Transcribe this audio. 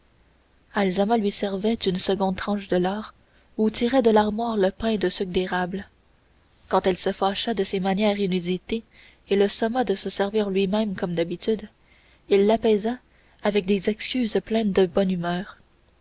azalma lui servait une seconde tranche de lard ou tirait de l'armoire le pain de sucre d'érable quand elle se fâcha de ses manières inusitées et le somma de se servir lui-même comme d'habitude il l'apaisa avec des excuses pleines de bonne humeur